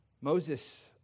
Moses